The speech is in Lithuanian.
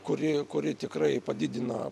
kuri kuri tikrai padidina